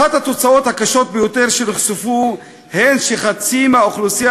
אחת התוצאות הקשות ביותר שנחשפו היא שחצי מהאוכלוסייה